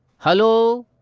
hello.